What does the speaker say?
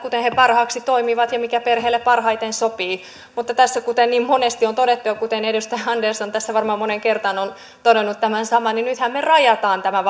miten ne parhaiten toimivat ja mikä perheille parhaiten sopii mutta tässä kuten niin monesti on todettu ja kuten edustaja andersson tässä varmaan moneen kertaan on todennut tämän saman nythän me rajaamme tämän